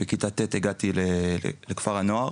בכיתה ט' הגעתי לכפר הנוער